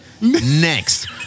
next